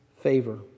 favor